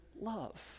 love